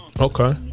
Okay